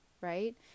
right